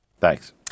Thanks